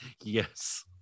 Yes